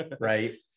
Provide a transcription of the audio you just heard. right